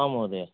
आम् महोदय